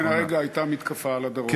כן, הרגע הייתה מתקפה על הדרום.